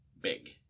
big